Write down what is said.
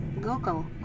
Google